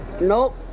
nope